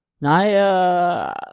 Naya